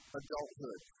adulthood